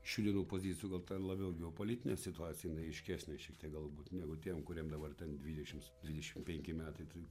šių dienų pozicijų gal labiau geopolitinė situacija jinai aiškesnė šiek tiek galbūt negu tiem kuriem dabar ten dvidešims dvidešim penki metai tai